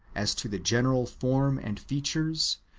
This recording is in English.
as to the general form and features,